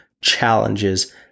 challenges